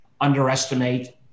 underestimate